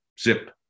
zip